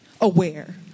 aware